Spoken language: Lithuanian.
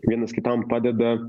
vienas kitam padeda